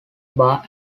bar